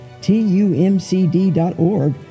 tumcd.org